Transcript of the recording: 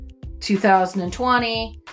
2020